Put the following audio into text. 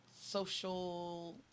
social